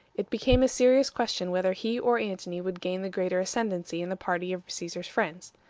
it became a serious question whether he or antony would gain the greatest ascendency in the party of caesar's friends.